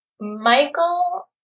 Michael